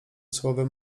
słowem